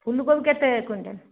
ଫୁଲ କୋବି କେତେ କୁଇଣ୍ଟାଲ